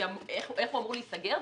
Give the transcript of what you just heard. איך הוא אמור להסגר,